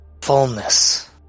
fullness